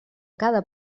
cada